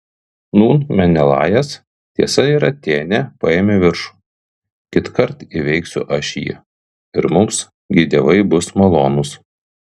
nūn menelajas tiesa ir atėnė paėmė viršų kitkart įveiksiu aš jį ir mums gi dievai bus malonūs